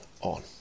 on